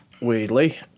Weirdly